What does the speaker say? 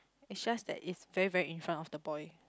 it's just that it's very very in front of the boy